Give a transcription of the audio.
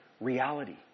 reality